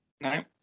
No